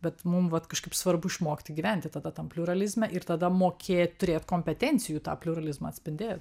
bet mum vat kažkaip svarbu išmokti gyventi tada tam pliuralizme ir tada mokė turėt kompetencijų tą pliuralizmą atspindėti